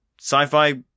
sci-fi